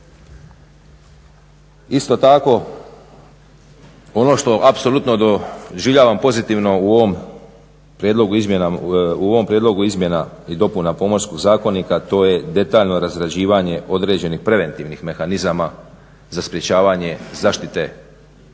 Isto tako, ono što apsolutno doživljavam pozitivno u ovom prijedlogu izmjena i dopuna Pomorskog zakonika to je detaljno razrađivanje određenih preventivnih mehanizama za sprječavanje zaštite okoliša,